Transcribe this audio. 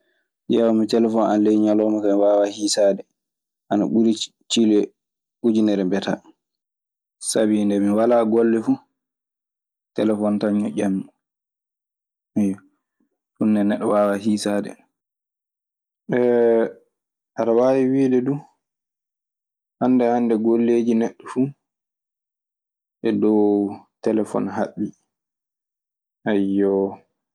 Ko diewammi telefon am ley nialonmaka, min wawa hisade, ana buri cilli hujunere biata. Sabi nde mi walaa golle fu, telefon tan ñoƴƴammi. Ɗun ne neɗɗo waawaa hiisaade. ɗum ɗum haɓodi, eyyo. Alkadara no ɓatakeeji ngardata jooni ka.